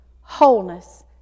wholeness